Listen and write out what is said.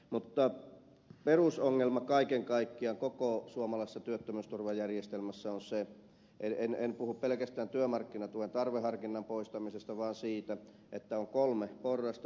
mutta perusongelma kaiken kaikkiaan koko suomalaisessa työttömyysturvajärjestelmässä on se en puhu pelkästään työmarkkinatuen tarveharkinnan poistamisesta vaan siitä että on kolme porrasta